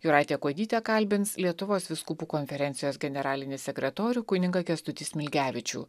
jūratė kuodytė kalbins lietuvos vyskupų konferencijos generalinį sekretorių kunigą kęstutį smilgevičių